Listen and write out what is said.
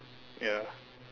ya